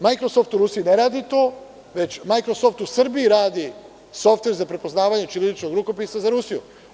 Majkrosoft“ u Rusiji ne radi to, već „Majkrosoft“ u Srbiji radi softver za prepoznavanje ćiriličnog rukopisa za Rusiju.